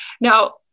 Now